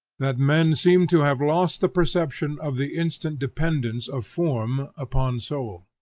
that men seem to have lost the perception of the instant dependence of form upon soul.